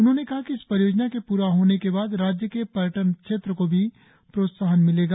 उन्होंने कहा कि इस परियोजना के पूरा होने के बाद राज्य के पर्यटन क्षेत्र को भी प्रोत्साहन मिलेगा